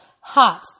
hot